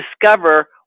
discover